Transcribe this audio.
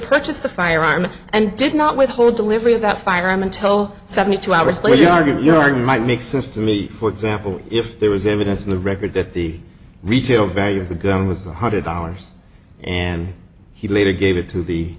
purchase the firearm and did not withhold delivery of that firearm until seventy two hours later you argue or might make sense to me for example if there was evidence in the record that the retail value of the gun was the hundred dollars and he later gave it to